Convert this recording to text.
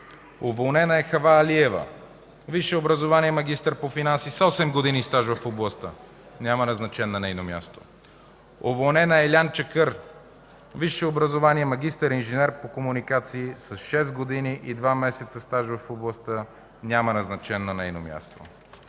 Уволнена е Хава Алиева. Висше образование, магистър по финанси с 8 години стаж в областта. Няма назначен на нейно място. Уволнена е Айлян Чакър. Висше образование, магистър – инженер по комуникации, с 6 години и 2 месеца стаж в областта. Няма назначен на нейно място.